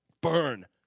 burn